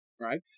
right